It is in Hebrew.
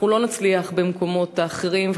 אנחנו לא נצליח במקומות אחרים.